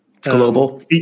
global